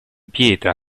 pietra